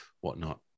whatnot